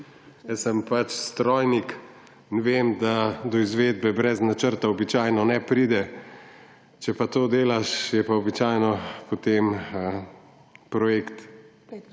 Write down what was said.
Jaz sem pač strojnik in vem, da do izvedbe brez načrtov običajno ne pride; če pa tako delaš, je pa običajno potem projekt